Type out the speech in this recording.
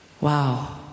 Wow